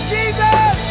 Jesus